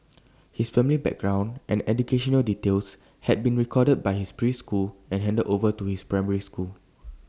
his family background and educational details had been recorded by his preschool and handed over to his primary school